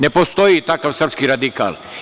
Ne postoji takav srpski radikal.